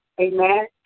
Amen